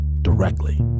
directly